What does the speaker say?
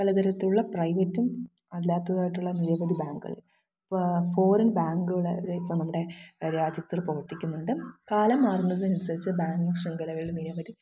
പല തരത്തിലുള്ള പ്രൈവറ്റും അല്ലാത്തതുമായിട്ടുള്ള നിരവധി ബാങ്ക്കൾ ഇപ്പം ഫോറിൻ ബാങ്ക്കളായാലും ഇപ്പം നമ്മുടെ രാജ്യത്തിൽ പ്രവർത്തിയ്ക്കുന്നുണ്ട് കാലം മാറുന്നതനുസരിച്ച് ബാങ്കിങ് ശൃംഖലകളിൽ നിരവധി